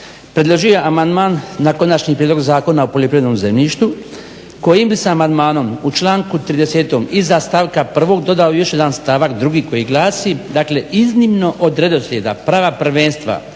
predložio amandman na konačni prijedlog Zakona o poljoprivrednom zemljištu kojim bi se amandmanom u članku 30. iza stavka 1. dodao još jedan stavak drugi koji glasi: "iznimno od redoslijeda prava prvenstva